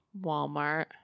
walmart